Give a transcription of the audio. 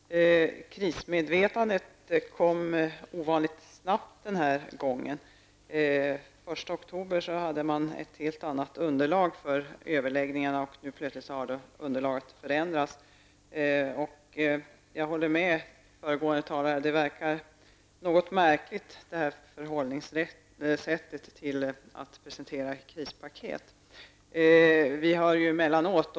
Herr talman! Krismedvetandet kom ovanligt snabbt den här gången. Den 1 oktober hade man ett helt annat underlag för överläggningarna. Nu plötsligt har underlaget förändrats. Jag håller med föregående talare om att förhållningssättet att presentera ett krispaket verkar något märkligt.